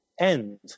end